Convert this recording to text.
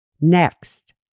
Next